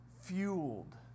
fueled